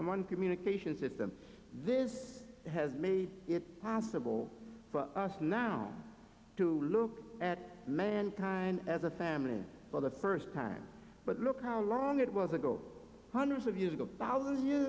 one communication system this has made it possible for us now to look at mankind as a family for the first time but look how long it was ago hundreds of years ago